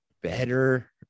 better